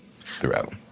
throughout